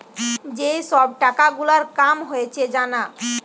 যেই সব টাকা গুলার কাম হয়েছে জানা